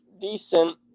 decent